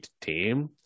team